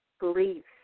beliefs